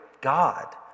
God